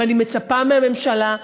ואני מצפה מהממשלה,